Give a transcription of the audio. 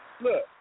Look